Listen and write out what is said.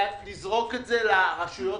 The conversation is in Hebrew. לזרוק את זה לרשויות